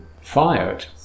fired